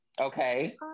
Okay